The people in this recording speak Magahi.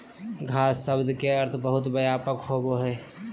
घास शब्द के अर्थ बहुत व्यापक होबो हइ